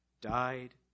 died